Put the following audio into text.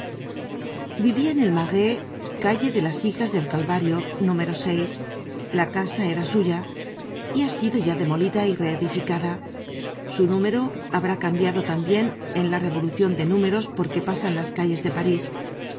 vivia en el marais calle de las hijas del calvario número la casa era suya y ha sido ya demolida y reedificada su número habrá cambiado tambien en la revolucion de números porque pasan las calles de parís